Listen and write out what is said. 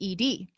ED